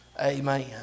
Amen